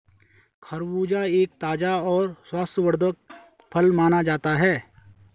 खरबूजा एक ताज़ा और स्वास्थ्यवर्धक फल माना जाता है